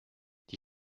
die